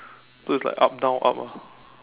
so it's like up down up ah